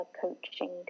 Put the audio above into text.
coaching